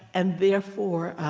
and therefore,